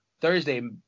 Thursday